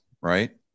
Right